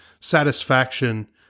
satisfaction